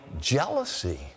jealousy